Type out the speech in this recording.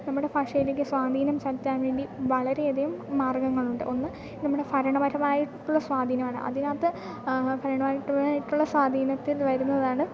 നമ്മുടെ ഭാഷയിലേക്ക് സ്വാധീനം ചെലുത്താൻ വേണ്ടി വളരെയധികം മാർഗ്ഗങ്ങളുണ്ട് ഒന്ന് നമ്മുടെ ഭരണപരമായിട്ടുള്ള സ്വാധീനമാണ് അതിനകത്ത് ഭരണകരമായിട്ടുള്ള സ്വാധീനത്തിൽ വരുന്നതാണ്